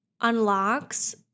unlocks